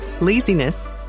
laziness